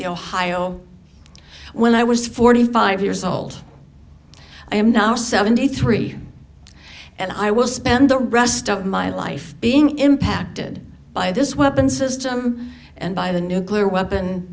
the ohio when i was forty five years old i am now seventy three and i will spend the rest of my life being impacted by this weapon system and by the nuclear weapon